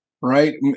right